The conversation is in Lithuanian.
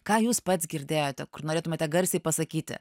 ką jūs pats girdėjote kur norėtumėte garsiai pasakyti